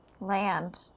land